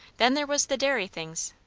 then there was the dairy things.